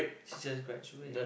she just graduate